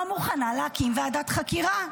לא מוכנה להקים ועדת חקירה.